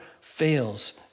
fails